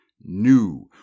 new